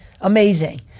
amazing